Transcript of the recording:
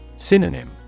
Synonym